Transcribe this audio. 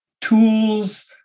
tools